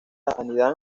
anidan